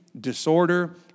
disorder